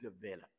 develop